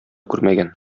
күрмәгән